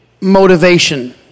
motivation